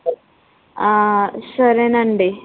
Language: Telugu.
సరేనండి